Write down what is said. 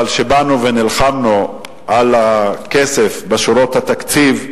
אבל כשבאנו ונלחמנו על הכסף בשורות התקציב,